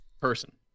person